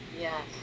Yes